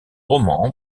romans